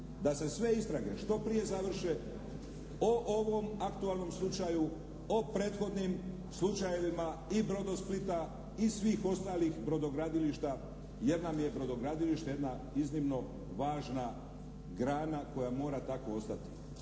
da se sve istrage što prije završe o ovom aktualnom slučaju, o prethodnim slučajevima i "Brodosplita" i svih ostalih brodogradilišta, jer nam je brodogradilište jedna iznimno važna grana koja mora tako ostati.